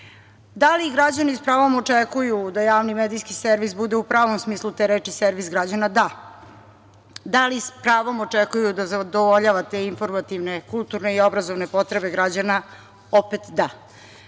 li građani sa pravom očekuju da javni medijski servis bude u pravom smislu te reči servis građana? Da. Da, ali sa pravom očekuju da zadovoljava te informativne, kulturne i obrazovne potrebe građana? Opet, da.